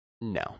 no